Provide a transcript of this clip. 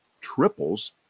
triples